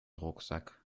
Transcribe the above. rucksack